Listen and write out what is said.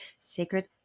sacred